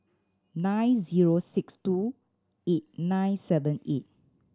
nine zero six two eight nine seven eight